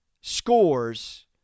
scores